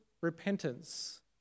repentance